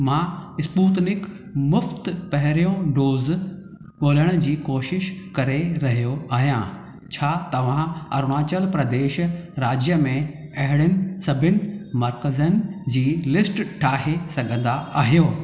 मां स्पूतनिक मुफ़्ति पहिरियों डोज़ ॻोल्हण जी कोशिशि करे रहियो आहियां छा तव्हां अरुणाचल प्रदेश राज्य में अहिड़नि सभिनी मर्कज़नि जी लिस्ट ठाहे सघंदा आहियो